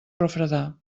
refredar